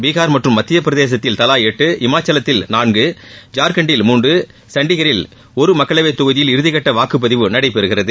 பீகார் மற்றும் மத்திய பிரதேசத்தில் தலா எட்டு இமாச்சல பிரதேசத்தில் நான்கு ஜார்க்கண்டில் மூன்று சண்டிகரில் ஒரு மக்களவைத் தொகுதியில் இறுதிக்கட்ட வாக்குப்பதிவு நடைபெறுகிறது